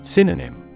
Synonym